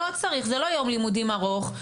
זה לא יום לימודים ארוך,